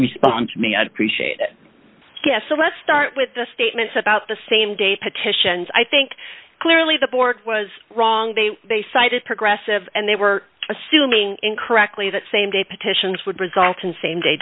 respond to me i'd appreciate it so let's start with the statements about the same day petitions i think clearly the bork was wrong they they cited progressive and they were assuming incorrectly that same day petitions would result in same day